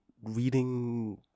reading